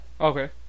Okay